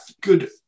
good